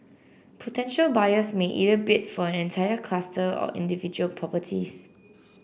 potential buyers may either bid for an entire cluster or individual properties